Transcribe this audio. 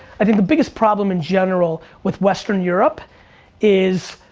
i think the biggest problem in general with western europe is